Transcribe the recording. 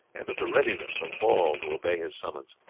and of the readiness of all to obey his summons.